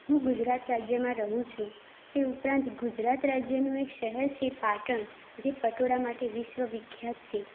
હું ગુજરાત રાજ્યમાં રહું છું તે ઉપરાંત ગુજરાત રાજ્યનું એક શહેર છે પાટણ જે પટોળા માટે વિશ્વ વિખ્યાત છે